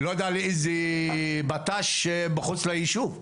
לא יודע לאיזה בט"ש מחוץ לישוב,